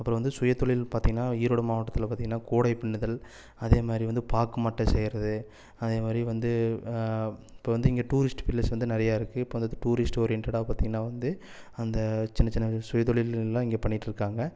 அப்புறம் வந்து சுயதொழில் பார்த்திங்கன்னா ஈரோடு மாவட்டத்தில் பார்த்திங்கன்னா கூடை பின்னுதல் அதே மாரி வந்து பாக்கு மட்டை செய்யறது அதே மாரி வந்து இப்போ வந்து இங்கே டூரிஸ்ட் பிளேஸ் வந்து நிறையா இருக்கு இப்போ வந்து டூரிஸ்ட்டு ஓரியண்டடாக பார்த்திங்கன்னா வந்து அந்த சின்ன சின்ன சுயதொழில்கள்லாம் இங்கே பண்ணிகிட்டு இருக்காங்க